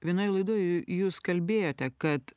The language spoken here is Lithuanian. vienoj laidoj jūs kalbėjote kad